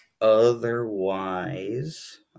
otherwise